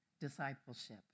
discipleship